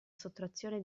sottrazione